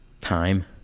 time